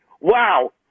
wow